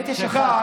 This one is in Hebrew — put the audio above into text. אמת יש אחת.